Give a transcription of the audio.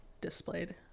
displayed